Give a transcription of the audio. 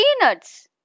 peanuts